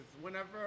whenever